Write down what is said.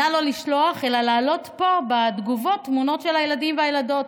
נא לא לשלוח אלא לעלות פה בתגובות תמונות של הילדים והילדות.